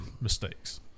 mistakes